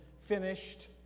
finished